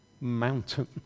mountain